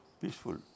peaceful